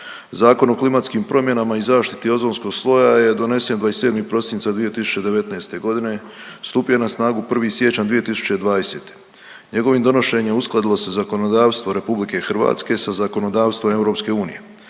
Zakon o klimatskim promjenama i zaštiti ozonskog sloja je donesen 27. prosinca 2019.g., stupio je na snagu 1. siječnja 2020.. Njegovim donošenjem uskladilo se zakonodavstvo RH sa zakonodavstvom EU.